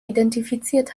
identifiziert